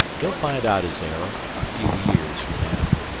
he'll find out his error a few years from now.